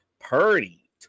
Purdy